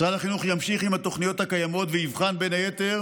משרד החינוך ימשיך עם התוכניות הקיימות ויבחן בין היתר